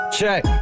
Check